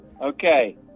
Okay